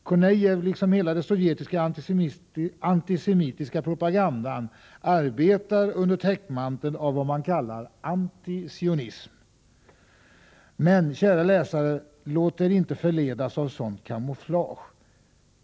Kornejev, liksom hela den sovjetiska antisemitiska propagandan arbetar under täckmantel av vad man kallar ”antisionism”. Men, kära läsare, låt er inte förledas av sådant kamouflage.